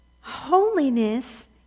Holiness